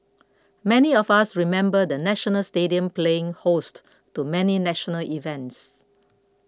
many of us remember the National Stadium playing host to many national events